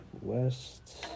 west